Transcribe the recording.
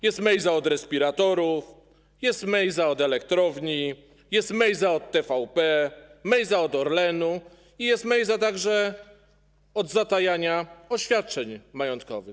Jest Mejza od respiratorów, jest Mejza od elektrowni, jest Mejza od TVP, Mejza od Orlenu i jest Mejza także od zatajania oświadczeń majątkowych.